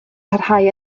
parhau